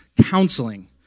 counseling